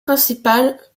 principal